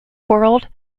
world